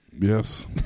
Yes